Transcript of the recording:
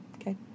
Okay